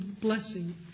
blessing